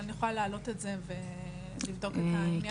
אבל אני יכולה לעלות את זה ולבדוק את העניין.